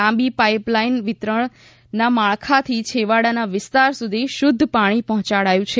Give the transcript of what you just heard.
લાંબી પાઈપલાઈન વિતરણ ના માળખાથી છેવાડાના વિસ્તાર સુધી શુધ્ધ પાણી પહોંચાડાયું છે